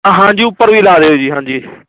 ਹਾਂਜੀ ਉੱਪਰ ਵੀ ਲਾ ਦਿਓ ਜੀ ਹਾਂਜੀ